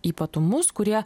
ypatumus kurie